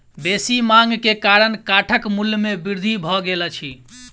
बेसी मांग के कारण काठक मूल्य में वृद्धि भ गेल अछि